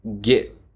get